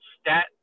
stat